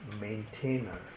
maintainer